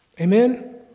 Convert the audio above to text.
Amen